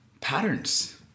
patterns